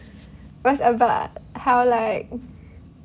was about how like